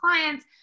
clients